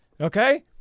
Okay